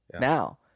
now